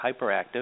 hyperactive